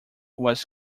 was